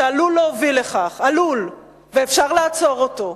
שעלול להוביל לכך, עלול, ואפשר לעצור אותו,